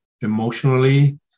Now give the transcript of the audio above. emotionally